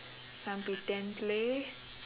some pretend play